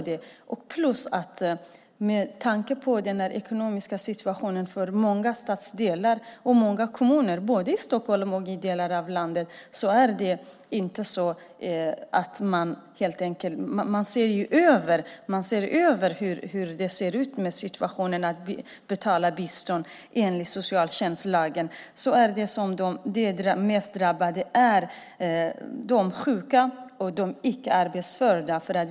Dessutom är det med tanke på den ekonomiska situationen för många stadsdelar och många kommuner, både i Stockholm och i andra delar av landet, så att man ser över situationen när det gäller att betala bistånd enligt socialtjänstlagen. De som är hårdast drabbade är de sjuka och icke arbetsföra.